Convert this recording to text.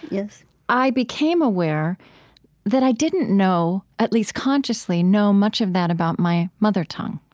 yes i became aware that i didn't know at least consciously know much of that about my mother tongue,